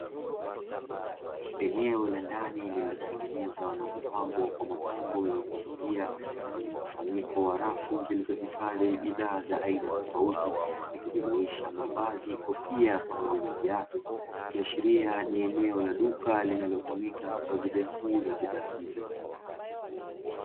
Eneo la ndani lililotengenezwa na kupambwa kwa mapambo yenye kuvutia lenye mkusanyiko wa rafu zilizohifadhi bidhaa za aina tofauti ikijumuisha mavazi, kofia, pamoja na viatu, ikiashiria ni eneo la duka linalotumika kwa ajili ya kuuza bidha hizo.